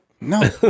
No